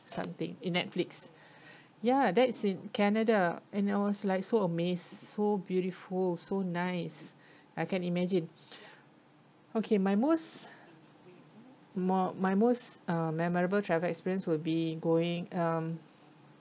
something in netflix ya that's in canada and I was like so amazed so beautiful so nice I can't imagine okay my most mo~ my most uh memorable travel experience will be going um